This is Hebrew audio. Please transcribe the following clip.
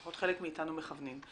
לפחות חלק אתנו מכוונים.